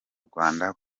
rwanda